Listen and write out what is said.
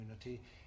community